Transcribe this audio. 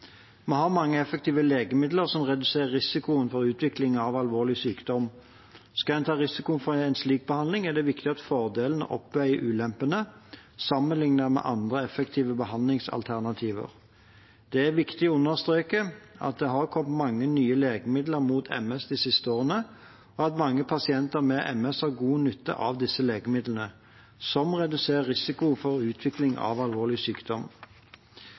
Vi har mange effektive legemidler som reduserer risikoen for utvikling av alvorlig sykdom. Skal man ta risikoen ved en slik behandling, er det viktig at fordelen oppveier ulempene sammenlignet med andre effektive behandlingsalternativer. Det er viktig å understreke at det har kommet mange nye legemidler mot MS de siste årene, og at mange pasienter med MS har god nytte av disse legemidlene som reduserer risikoen for utvikling av alvorlig sykdom.